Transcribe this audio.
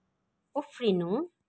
उफ्रिनु